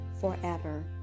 forever